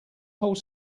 whole